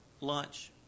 lunch